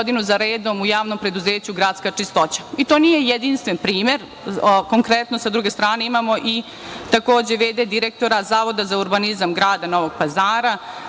godinu za redom u Javnom preduzeću „Gradska čistoća“ i to nije jedinstven primer. Konkretno, sa druge strane, imamo i takođe v.d. direktora Zavoda za urbanizam grada Novog Pazara,